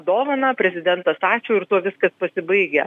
dovaną prezidentas ačiū ir tuo viskas pasibaigia